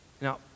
Now